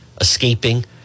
escaping